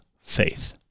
faith